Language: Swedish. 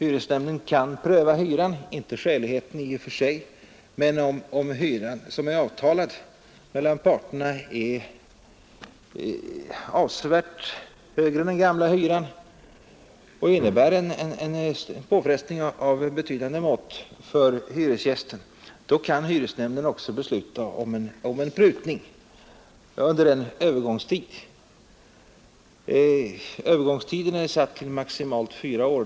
Denna kan pröva inte skäligheten av hyran i och för sig men om den hyra som är avtalad mellan parterna är avsevärt högre än den gamla hyran och innebär en påfrestning av betydande mått för hyresgästen. I så fall kan hyresnämnden besluta om en prutning under en övergångstid, som är satt till maximalt fyra år.